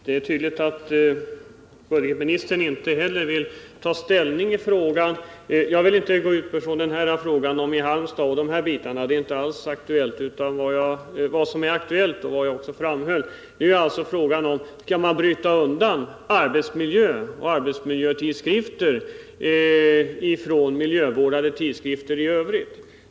Herr talman! Det är tydligt att budgetministern inte heller vill ta ställning i frågan. Jag vill inte utgå från fallet i Halmstad. Det är inte aktuellt, utan vad det här gäller är frågan: Kan man särskilja arbetsmiljötidskrifter från miljövårdstidskrifter i övrigt?